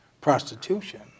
prostitution